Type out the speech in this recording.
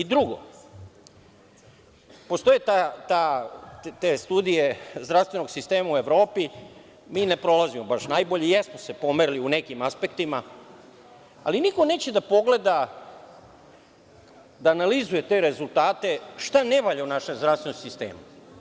Drugo, postoje te studije zdravstvenog sistema u Evropi, mi ne prolazimo baš naj bolje, jesmo se pomerili u nekim aspektima, ali niko neće da pogleda, da analizira te rezultate, šta ne valja u našem zdravstvenom sistemu.